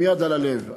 עם יד על הלב,